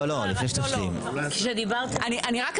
לא, לא, לפני שתשלים.